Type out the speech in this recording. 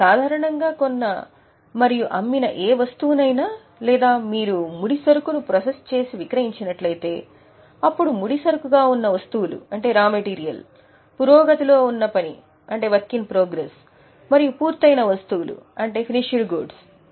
సాధారణంగా కొన్న మరియు అమ్మిన ఏ వస్తువునైనా లేదా మీరు ముడిసరుకును ప్రాసెస్ చేసి విక్రయించి నట్లయితే అప్పుడు ముడిసరుకుగా ఉన్న వస్తువులు వాటిని ఇన్వెంటరీ అని పిలుస్తారు